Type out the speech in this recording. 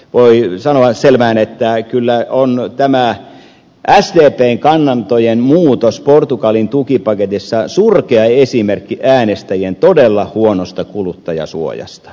voi sanoa selvään että kyllä on tämä sdpn kannanottojen muutos portugalin tukipaketissa surkea esimerkki äänestäjien todella huonosta kuluttajansuojasta